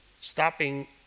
stopping